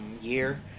year